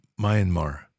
Myanmar